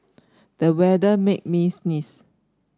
the weather made me sneeze